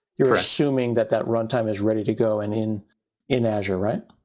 you're assuming that that runtime is ready to go and in in azure, right?